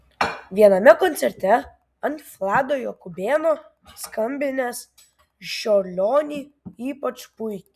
viename koncerte anot vlado jakubėno skambinęs čiurlionį ypač puikiai